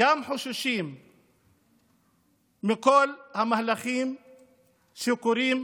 חוששים מכל המהלכים שקורים